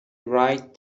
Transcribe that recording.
right